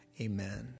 amen